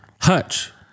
Hutch